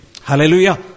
Hallelujah